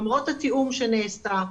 למרות התיאום שנעשה,